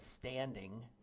standing